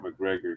McGregor